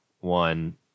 one